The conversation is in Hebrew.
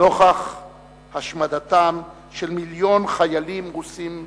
נוכח השמדתם של מיליון חיילים רוסים בפלישה,